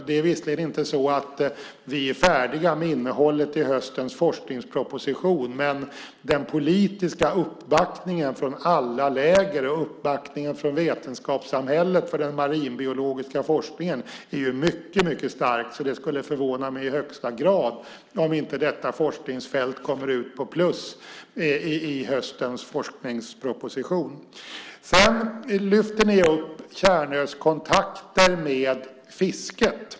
Vi är visserligen inte färdiga med innehållet i höstens forskningsproposition, men den politiska uppbackningen från alla läger, och uppbackningen från vetenskapssamhället, för den marinbiologiska forskningen är ju mycket stark. Det skulle därför förvåna mig i högsta grad om inte detta forskningsfält kommer ut på plus i höstens forskningsproposition. Sedan lyfter ni upp Tjärnös kontakter med fisket.